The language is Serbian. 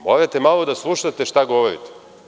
Morate malo da slušate šta govorite.